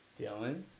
Dylan